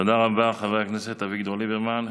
תודה רבה, חבר הכנסת אביגדור ליברמן.